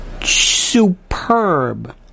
Superb